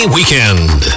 Weekend